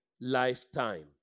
lifetime